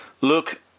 Look